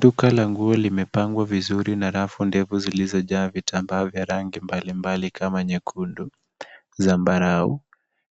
Duka la nguo limepangwa vizuri na rafu ndefu zilizojaa vitambaa vya rangi mbalimbali kama nyekundu, zambarau,